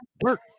Work